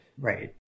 Right